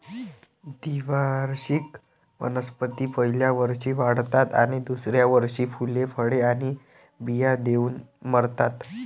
द्विवार्षिक वनस्पती पहिल्या वर्षी वाढतात आणि दुसऱ्या वर्षी फुले, फळे आणि बिया देऊन मरतात